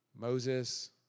Moses